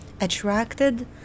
attracted